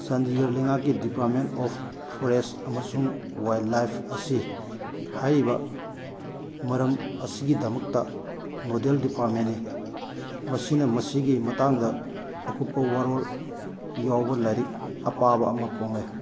ꯆꯥꯟꯗꯤꯒꯔ ꯂꯩꯉꯥꯛꯀꯤ department of forest ꯑꯃꯁꯨꯡ wildlife ꯑꯁꯤ ꯍꯥꯏꯔꯤꯕ ꯃꯔꯝ ꯑꯁꯤꯒꯤꯗꯃꯛꯇ ꯃꯣꯗꯦꯜ ꯗꯤꯄꯥꯔꯃꯦꯟꯅꯤ ꯃꯁꯤꯅ ꯃꯁꯤꯒꯤ ꯃꯇꯥꯡꯗ ꯑꯀꯨꯞꯄ ꯋꯥꯔꯣꯜ ꯌꯥꯎꯕ ꯂꯥꯏꯔꯤꯛ ꯑꯄꯥꯕ ꯑꯃ ꯐꯣꯡꯂꯦ